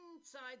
inside